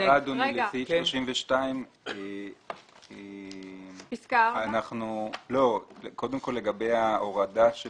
הערה אדוני לסעיף 32. לגבי ההורדה של